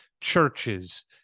Churches